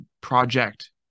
project